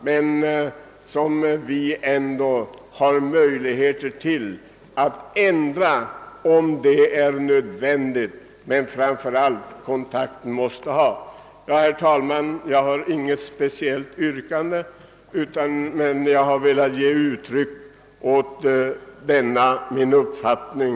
Dessa kan vi ändra om det är nödvändigt. Herr talman! Jag anser det meningslöst att ställa något yrkande, men jag har velat ge uttryck åt denna min uppfattning.